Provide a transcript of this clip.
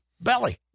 belly